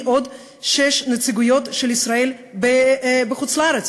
עוד שש נציגויות של ישראל בחוץ-לארץ.